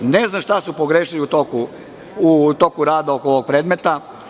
Ne znam šta su pogrešili u toku rada oko ovog predmeta.